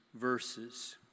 verses